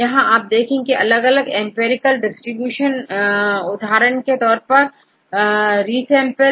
यहां आप देखें की अलग अलग एम्पिरिकल डिस्ट्रीब्यूशन उदाहरण के तौर पर रीसैंपल